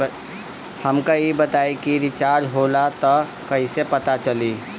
हमका ई बताई कि रिचार्ज होला त कईसे पता चली?